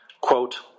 Quote